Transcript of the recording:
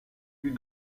eut